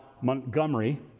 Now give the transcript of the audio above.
Montgomery